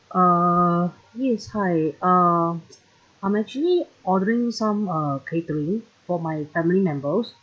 uh yes hi uh I'm actually ordering some uh catering for my family members